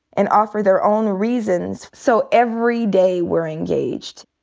and offer their own reasons. so every day we're engaged.